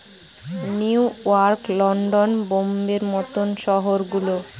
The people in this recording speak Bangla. নিউ ইয়র্ক, লন্ডন, বোম্বের মত শহর গুলো